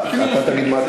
לא.